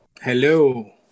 hello